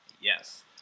yes